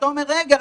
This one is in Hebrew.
אתה אומר: רגע,